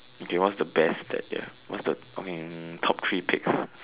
okay what's the best that you have what's the best I mean top three picks